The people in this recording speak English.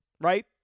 right